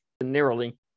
narrowly